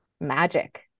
magic